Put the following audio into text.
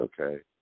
okay